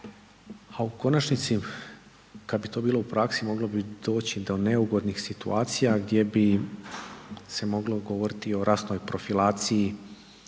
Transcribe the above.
a u konačnici kada bi to bilo u praksi moglo bi doći do neugodnih situacija gdje bi se moglo govoriti i o rasnoj profilaciji